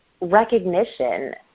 recognition